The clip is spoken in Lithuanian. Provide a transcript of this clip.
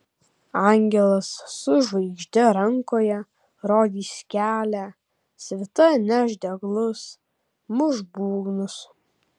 angelas su žvaigžde rankoje rodys kelią svita neš deglus muš būgnus